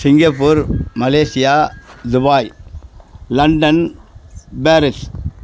Singapore Malaysia Dubai London Paris